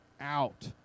out